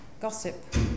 gossip